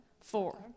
Four